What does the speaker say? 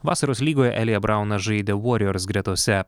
vasaros lygoje elija braunas žaidė warriors gretose